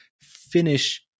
finish